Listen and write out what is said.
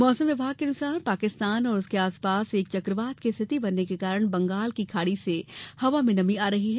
मौसम विभाग के अनुसार पाकिस्तान और उसके आसपास एक चकवात की स्थिति बनने के कारण बंगाल की खाड़ी से हवा में नमी आ रही है